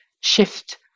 shift